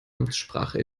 amtssprache